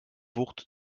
wucht